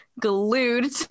glued